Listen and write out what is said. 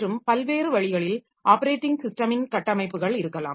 மற்றும் பல்வேறு வழிகளில் ஆப்பரேட்டிங் ஸிஸ்டமின் கட்டமைப்புகள் இருக்கலாம்